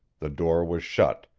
the door was shut,